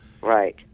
Right